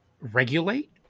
Regulate